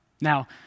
Now